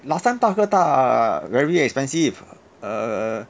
last time 大哥大 very expensive err